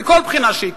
מכל בחינה שהיא,